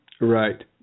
Right